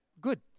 Good